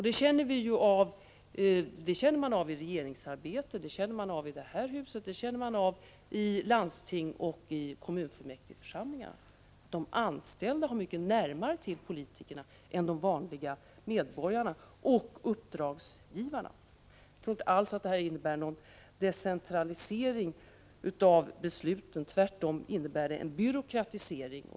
Det känner man av i regeringsarbete, det känner man av i det här huset, det känner man av i landsting och i kommunfullmäktigeförsamlingar — de anställda har mycket närmare till politikerna än de vanliga medborgarna/ uppdragsgivarna. Jag tror inte alls att facklig närvarorätt innebär någon decentralisering av besluten utan tvärtom innebär en byråkratisering.